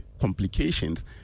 complications